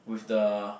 the